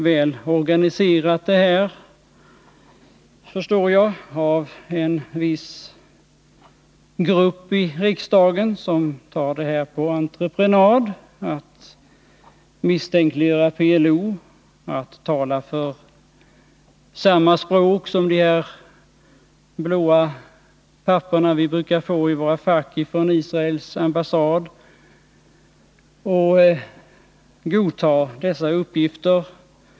Jag förstår att detta är väl organiserat av en viss grupp i riksdagen, som har tagit på entreprenad att misstänkliggöra PLO och tala samma språk och godta de uppgifter som återfinns på de blå papper från Israels ambassad som vi brukar få i våra fack.